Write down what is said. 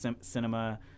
Cinema